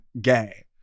gay